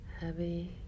heavy